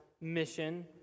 mission